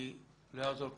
כי לא יעזור כלום,